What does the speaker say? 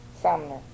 Sumner